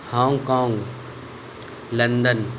Hong Kong London